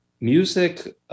Music